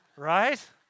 Right